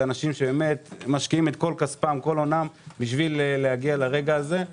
זה אנשים שמשקיעים את כל כספם וכל הונם להגיע לרגע הזה,